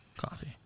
coffee